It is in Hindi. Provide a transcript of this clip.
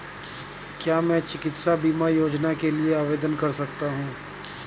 क्या मैं चिकित्सा बीमा योजना के लिए आवेदन कर सकता हूँ?